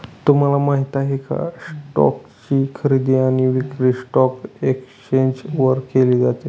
तुम्हाला माहिती आहे का? स्टोक्स ची खरेदी आणि विक्री स्टॉक एक्सचेंज वर केली जाते